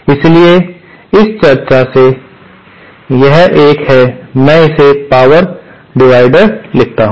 इसलिए इस चर्चा से यह एक है मैं इसे पावर डिविडेंड लिखता हूं